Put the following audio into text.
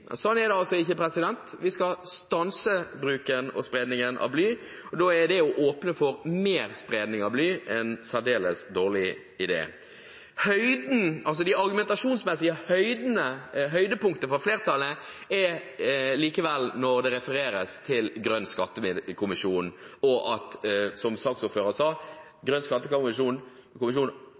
å åpne for mer spredning av bly en særdeles dårlig idé. Det argumentasjonsmessige høydepunktet fra flertallet er likevel når det refereres til grønn skattekommisjon og at, som saksordføreren sa, grønn skattekommisjon